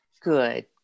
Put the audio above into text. Good